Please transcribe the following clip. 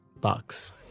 bucks